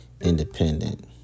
independent